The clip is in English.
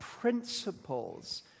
principles